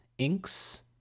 inks